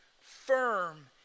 firm